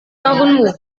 tahunmu